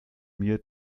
mir